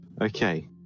Okay